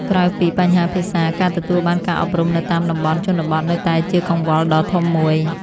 ក្រៅពីបញ្ហាភាសា ការទទួលបានការអប់រំនៅតាមតំបន់ជនបទនៅតែជាកង្វល់ដ៏ធំមួយ។